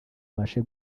ubashe